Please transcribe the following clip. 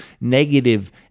negative